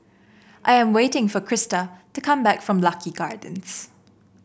I am waiting for Crysta to come back from Lucky Gardens